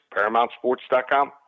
ParamountSports.com